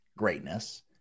greatness